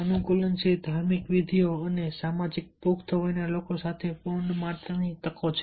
અનુકૂલનશીલ ધાર્મિક વિધિઓ અને સામાજિક પુખ્ત વયના લોકો સાથેના બોન્ડ માટેની તકો છે